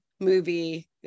movie